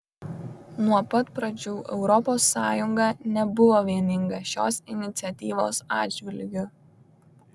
nuo pat pradžių europos sąjunga nebuvo vieninga šios iniciatyvos atžvilgiu